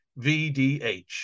VDH